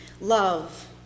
Love